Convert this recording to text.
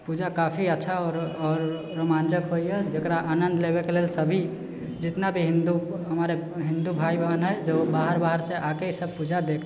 पूजा काफी अच्छा आओर रोमाञ्चक होइए जकरा आनन्द लेबैके लेल सभी जतना भी हिन्दू हमारे हिन्दू भाइ बहन हइ जे बाहरसँ आके ईसब पूजा देख